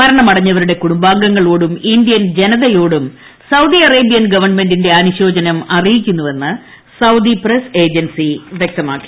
മരണമടഞ്ഞവരുടെ കുടുംബാംഗങ്ങളോടും ഇന്ത്യൻ ജനതയോടും Saudi Arabian ഗവൺമെന്റിന്റെ അനുശോചനം അറിയിക്കുന്നുവെന്ന് സൌദി പ്രസ് ഏജൻസി വ്യക്തമാക്കി